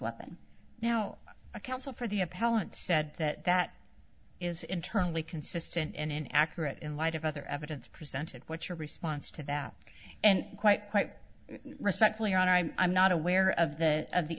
weapon now a counsel for the appellant said that that is internally consistent and in accurate in light of other evidence presented what's your response to that and quite quite respectfully on i am not aware of the of the